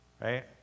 Right